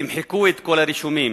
תמחקו את כל הרישומים,